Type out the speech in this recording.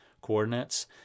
coordinates